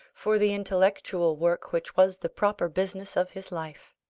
for the intellectual work which was the proper business of his life.